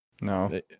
No